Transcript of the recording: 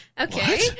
okay